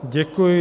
Děkuji.